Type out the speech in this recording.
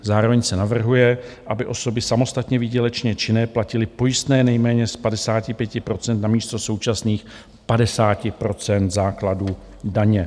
Zároveň se navrhuje, aby osoby samostatně výdělečně činné platily pojistné nejméně z 55 % namísto současných 50 % základu daně.